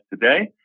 today